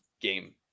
game